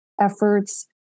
efforts